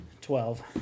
Twelve